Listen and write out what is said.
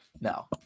no